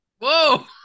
Whoa